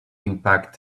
impact